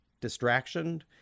distraction